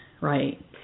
right